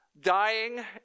dying